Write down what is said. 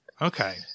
Okay